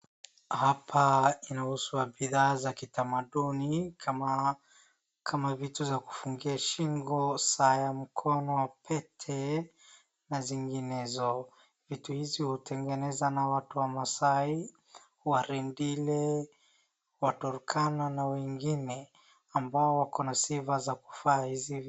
Hapa inauzwa bidhaa za kitamaduni kama, kama vitu za kufungia shingo, saa ya mkono, pete, na zinginezo, vitu hizi hutengeneza na watu wa Maasai, wa Rendile, wa Turkana, na wengine ambao wako na sifa za kuvaa hizi.